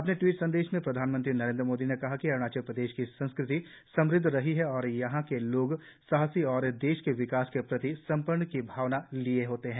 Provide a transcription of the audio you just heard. अपने ट्वीट संदेश में प्रधानमंत्री नरेंद्र मोदी ने कहा कि अरुणाचल प्रदेश की संस्कृति समृद्ध रही है और यहां के लोग साहसी और देश के विकास के प्रति समर्पण की भावना लिए होते है